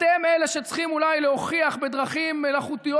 אתם אלה שצריכים אולי להוכיח בדרכים מלאכותיות